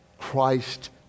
Christ